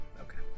Okay